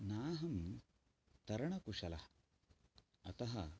नाहं तरणकुशलः अतः